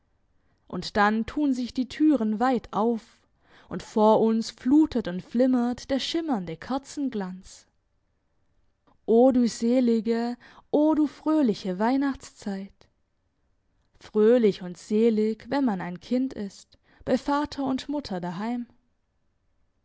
und dann tun sich die türen weit auf und vor uns flutet und flimmert der schimmernde kerzenglanz o du selige o du fröhliche weihnachtszeit fröhlich und selig wenn man ein kind ist bei vater und mutter daheim